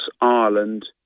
Ireland